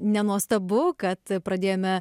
nenuostabu kad pradėjome